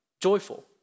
Joyful